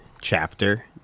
chapter